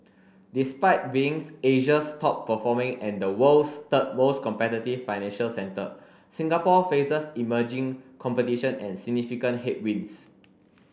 despite being Asia's top performing and the world's third most competitive financial centre Singapore faces emerging competition and significant headwinds